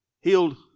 healed